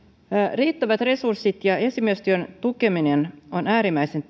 riittävät resurssit ja esimiestyön tukeminen ovat äärimmäisen